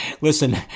listen